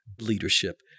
leadership